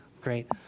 Great